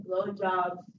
blowjobs